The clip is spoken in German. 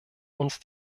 uns